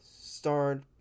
start